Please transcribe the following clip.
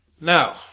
Now